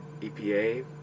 EPA